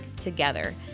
together